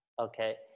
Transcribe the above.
Okay